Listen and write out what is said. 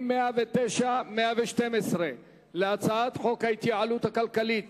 109 112 להצעת חוק ההתייעלות הכלכלית